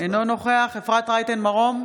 אינו נוכח אפרת רייטן מרום,